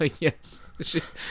Yes